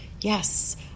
Yes